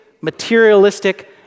materialistic